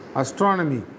astronomy